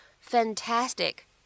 Fantastic